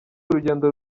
urugendo